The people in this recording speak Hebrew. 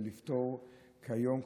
לפתור את זה כיום,